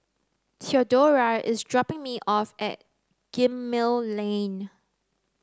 Theodora is dropping me off at Gemmill Lane